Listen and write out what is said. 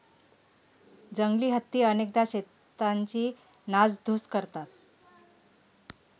जंगली हत्ती अनेकदा शेतांची नासधूस करतात